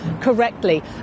correctly